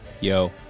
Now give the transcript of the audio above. Yo